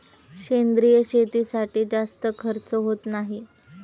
सेंद्रिय शेतीसाठी जास्त खर्च होत नाही